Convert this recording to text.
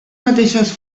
mateixes